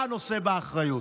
אתה נושא באחריות.